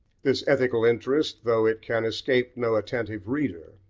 this ethical interest, though it can escape no attentive reader,